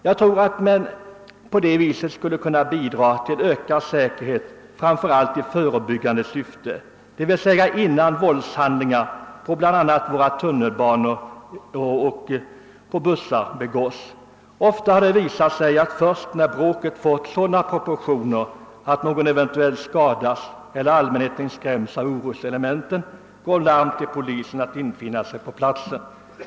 Jag tror att man på sådant sätt skall kunna bidra till ökad säkerhet framför allt i förebyggande syfte, d. v. s. innan våldshandlingar har begåtts. Ofta har det visat sig att först när bråket har fått sådana proportioner, att någon skadas eller allmänheten skräms av oroselementen, går larm till polisen att infinna sig på platsen.